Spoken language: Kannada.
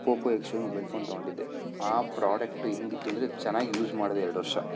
Poco X two mobile phone ತೊಗೊಂಡಿದ್ದೆ ಆ ಪ್ರಾಡಕ್ಟ್ ಹೆಂಗಿತ್ತು ಅಂದರೆ ಚೆನ್ನಾಗಿ ಯೂಸ್ ಮಾಡ್ದೆ ಎರ್ಡು ವರ್ಷ